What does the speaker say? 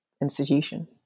institution